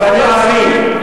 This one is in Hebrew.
רבני ערים,